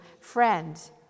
friend